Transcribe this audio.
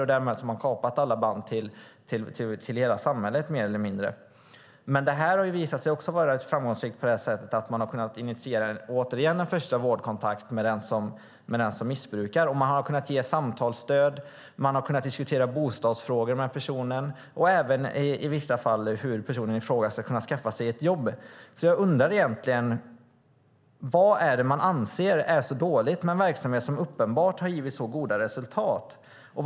Därmed har de mer eller mindre kapat alla band till hela samhället. Det har visat sig framgångsrikt på det sättet att man återigen har kunnat initiera en första vårdkontakt med den som missbrukar. Man har kunnat ge samtalsstöd, diskutera bostadsfrågor med personen och även i vissa fall hur personen ska kunna skaffa sig ett jobb. Vad är det man anser är så dåligt med en verksamhet som uppenbart har givit så goda resultat?